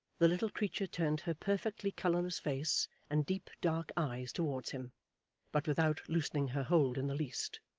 the little creature turned her perfectly colourless face and deep dark eyes towards him but without loosening her hold in the least.